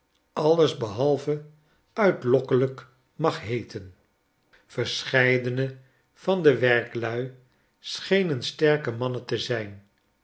alles behalve uitlokkelijk mag heeten verscheidene van de werklui schenen sterke mannen te zijn